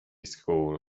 school